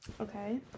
Okay